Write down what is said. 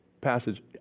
passage